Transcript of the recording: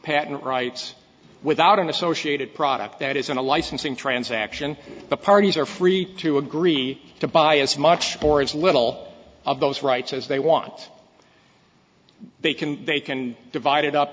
patent rights without an associated product that isn't a licensing transaction the parties are free to agree to buy as much or as little of those rights as they want they can they can divide